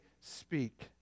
speak